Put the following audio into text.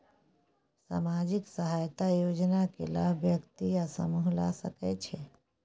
सामाजिक सहायता योजना के लाभ व्यक्ति या समूह ला सकै छै?